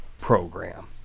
program